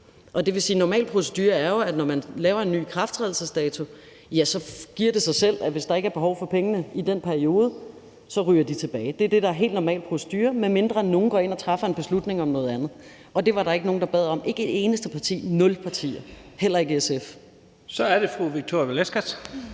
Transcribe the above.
end normalt. En normal procedure er jo, når man laver en ny ikrafttrædelsesdato, det giver sig selv, at pengene, hvis der i den periode ikke er behov for dem, så ryger tilbage. Det er det, der er en helt normal procedure, medmindre nogen går ind og træffer en beslutning om noget andet. Og det var der ikke nogen der bad om, altså ikke et eneste parti, nul partier, heller ikke SF. Kl. 11:15 Første